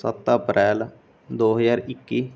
ਸੱਤ ਅਪ੍ਰੈਲ ਦੇ ਹਜ਼ਾਰ ਇੱਕੀ